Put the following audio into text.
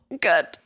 good